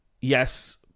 yes